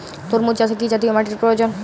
তরমুজ চাষে কি জাতীয় মাটির প্রয়োজন?